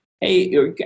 hey